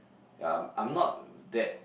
yea I'm I'm not that